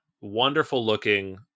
wonderful-looking